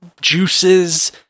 juices